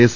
S